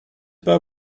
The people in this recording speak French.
pas